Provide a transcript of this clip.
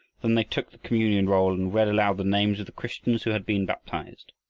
then they took the communion roll and read aloud the names of the christians who had been baptized.